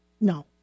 No